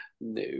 No